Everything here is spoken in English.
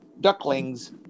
ducklings